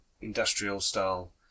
industrial-style